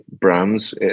brands